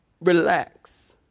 relax